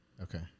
Okay